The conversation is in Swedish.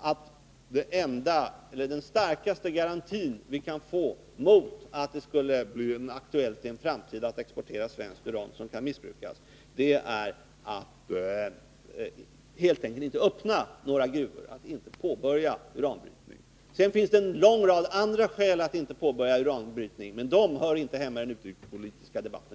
att den enda eller den starkaste garanti som vi kan få mot att det i en framtid blir aktuellt att exportera svenskt uran som kan missbrukas är att helt enkelt inte öppna några gruvor och att inte påbörja någon uranbrytning. Sedan finns det en lång rad andra skäl att inte påbörja uranbrytning, men de hör inte hemma i den utrikespolitiska debatten.